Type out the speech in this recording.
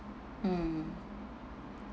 mm